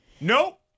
Nope